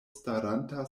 staranta